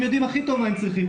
הם יודעים הכי טוב מה הם צריכים.